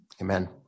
Amen